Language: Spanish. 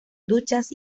duchas